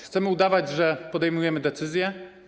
Chcemy udawać, że podejmujemy decyzje?